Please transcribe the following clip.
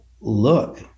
Look